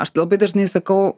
aš labai dažnai sakau